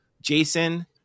Jason